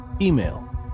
email